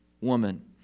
woman